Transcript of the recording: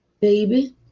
baby